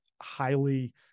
highly